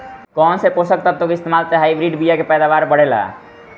कौन से पोषक तत्व के इस्तेमाल से हाइब्रिड बीया के पैदावार बढ़ेला?